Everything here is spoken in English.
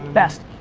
best.